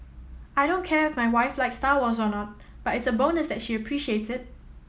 I don't care if my wife likes Star Wars or not but it's a bonus that she appreciates it